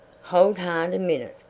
hold hard a minute!